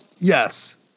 yes